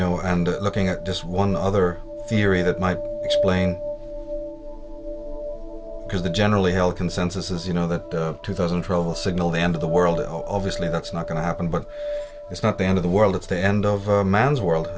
know and looking at just one other theory that might explain because the generally held consensus is you know that two thousand troll signal the end of the world obviously that's not going to happen but it's not the end of the world it's the end of a man's world